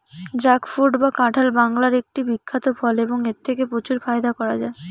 jackfruit বা কাঁঠাল বাংলার একটি বিখ্যাত ফল এবং এথেকে প্রচুর ফায়দা করা য়ায়